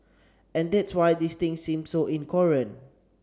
and that's why this things seem so incoherent